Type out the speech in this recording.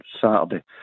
Saturday